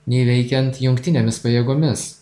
nei veikiant jungtinėmis pajėgomis